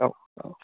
औ औ